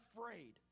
afraid